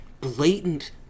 blatant